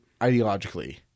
ideologically